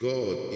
God